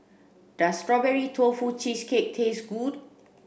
does strawberry tofu cheesecake taste good